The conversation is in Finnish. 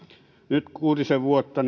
nyt kuutisen vuotta